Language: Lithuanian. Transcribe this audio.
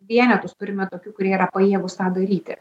vienetus turime tokių kurie yra pajėgūs tą daryti